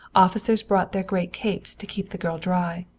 officers brought their great capes to keep the girl dry.